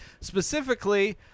specifically